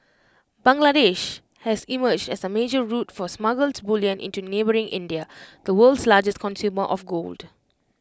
Bangladesh has emerged as A major route for smuggled bullion into neighbouring India the world's largest consumer of gold